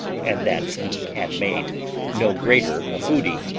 and that he had made no greater a booty,